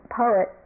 poet